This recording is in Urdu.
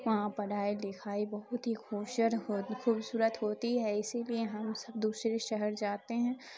وہاں پڑھائی لکھائی بہت ہی خوش ہو خوبصورت ہوتی ہے اسی لیے ہم سب دوسرے شہر جاتے ہیں